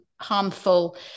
harmful